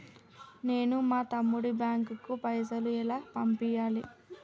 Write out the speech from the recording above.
నేను మా తమ్ముని బ్యాంకుకు పైసలు ఎలా పంపియ్యాలి?